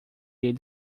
ele